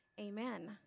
Amen